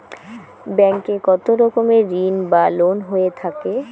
Bank এ কত রকমের ঋণ বা লোন হয়ে থাকে?